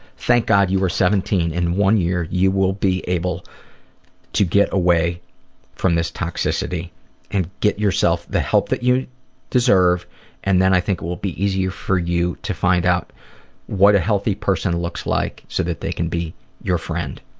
thank god you are seventeen. in one year you will be able to get away from this toxicity and get yourself the help that you deserve and then i think it will be easier for you to find out what a healthy person looks like so that they can be your friend.